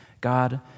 God